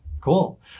cool